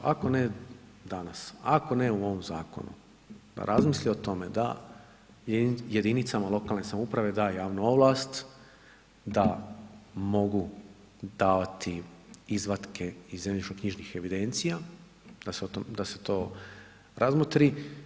Ako ne danas, ako ne u ovom zakonu, razmislite o tome da jedinicama lokalne samouprave daju javnu ovlast da mogu davati izvatke iz zemljišnoknjižnih evidencija, da se to razmotri.